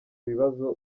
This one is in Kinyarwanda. bibazo